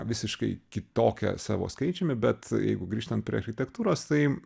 visiškai kitokia savo skaičiumi bet jeigu grįžtant prie architektūros tai